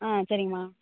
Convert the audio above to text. ஆ சரிங்கம்மா